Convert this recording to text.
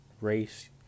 Race